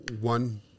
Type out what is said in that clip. one